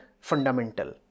fundamental